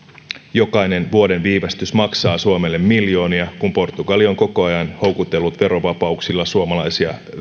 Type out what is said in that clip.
jokainen vuoden viivästys maksaa suomelle miljoonia kun portugali on koko ajan houkutellut verovapauksilla suomalaisia